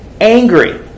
angry